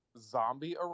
zombie